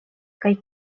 kaj